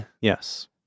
Yes